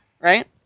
right